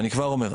אני כבר אומר,